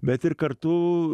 bet ir kartu